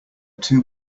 two